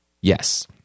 Yes